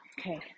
Okay